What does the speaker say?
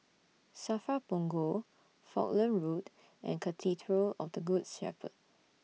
SAFRA Punggol Falkland Road and Cathedral of The Good Shepherd